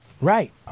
right